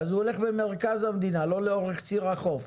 אז הוא הולך במרכז המדינה, לא לאורך ציר החוף.